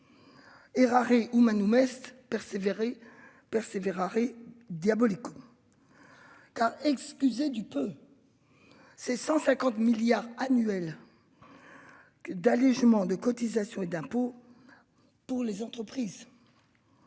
persévérer, persévérer. Diabolicos. Car excusez du peu. C'est 150 milliards annuels. D'allégements de cotisations et d'impôts. Pour les entreprises.